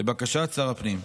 לבקשת שר הפנים.